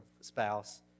spouse